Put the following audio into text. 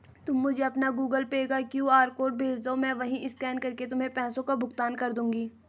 तुम मुझे अपना गूगल पे का क्यू.आर कोड भेजदो, मैं वहीं स्कैन करके तुमको पैसों का भुगतान कर दूंगी